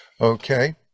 Okay